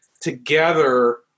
together